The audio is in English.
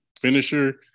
finisher